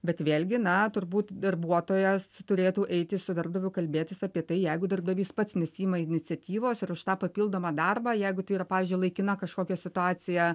bet vėlgi na turbūt darbuotojas turėtų eiti su darbdaviu kalbėtis apie tai jeigu darbdavys pats nesiima iniciatyvos ir už tą papildomą darbą jeigu tai yra pavyzdžiui laikina kažkokia situacija